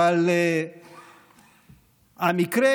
אבל המקרה